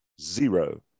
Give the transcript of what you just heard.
Zero